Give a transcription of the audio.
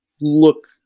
look